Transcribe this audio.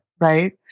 right